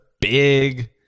big